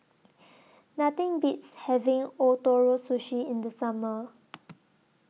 Nothing Beats having Ootoro Sushi in The Summer